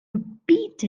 repeat